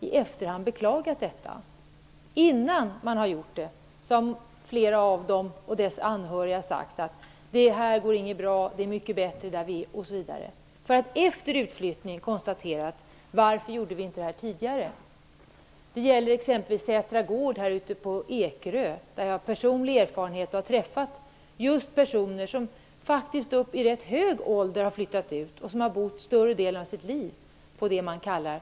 I förväg sade flera av dessa personer och deras anhöriga att det inte skulle gå bra och att det var bättre där de var, för att efter flyttningen konstatera: Varför gjorde vi inte det här tidigare? Det gäller exempelvis Sätra gård ute på Ekerö, där jag har personliga erfarenheter. Jag har träffat personer som i hög ålder har flyttat ut efter att under större delen av sitt liv ha bott på ett s.k.